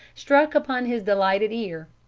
struck upon his delighted ear.